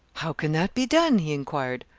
how can that be done? he inquired.